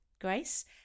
Grace